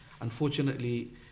unfortunately